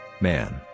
Man